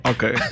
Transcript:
Okay